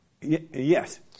Yes